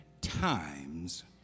times